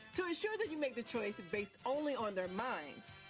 to ensure that you make the choice based only on their minds,